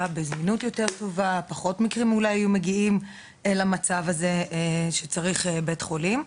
בהזדמנות יותר טובה ואולי פחות מקרים היו מגיעים למצב שצריך בית חולים.